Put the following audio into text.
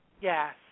Yes